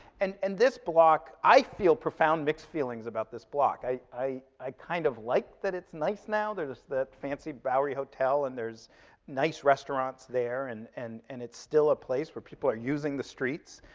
and and this block, i feel profound mixed feelings about this block. i i kind of like that it's nice now. there's that fancy bowery hotel, and there's nice restaurants there, and and and it's still a place where people are using the streets,